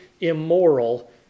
immoral